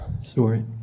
sorry